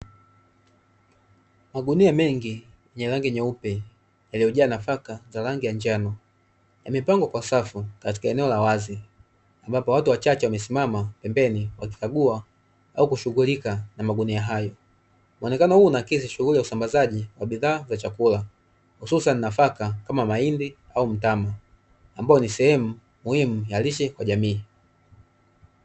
Magunia mengi yenye rangi nyeupe yaliyojaa nafaka za rangi ya njano, yamepangwa kwa safu katika eneo la wazi. Ambapo watu wachache wamesimama pembeni wakikagua au kushughulika na magunia hayo. Muonekano huu unaakisi shughuli ya usambazaji wa bidhaa za chakula hususani nafaka kama mahindi au mtama, ambayo ni sehemu muhimu ya lishe kwa jamii.